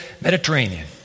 Mediterranean